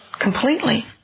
completely